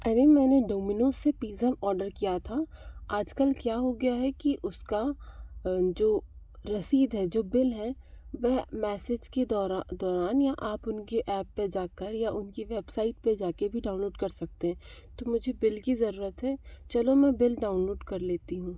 अभी मैंने डोमिनोज़ से पिज़्जा ऑर्डर किया था आज कल क्या हो गया है कि इसका जो रसीद है जो बिल है वह मेसेज मेसेज के द्वारा गया या आप उनके एप में जाकर या आप उनके वेबसाइट पे जा के भी डाउनलोड कर सकते हैं तो मुझे बिल की जरूरत है चलो मैं बिल डाउनलोड कर लेती हूँ